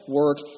work